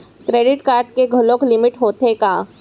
Credit card के घलव limit होथे का?